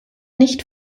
nicht